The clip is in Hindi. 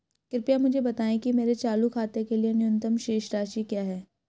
कृपया मुझे बताएं कि मेरे चालू खाते के लिए न्यूनतम शेष राशि क्या है